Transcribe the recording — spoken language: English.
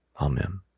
Amen